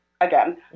again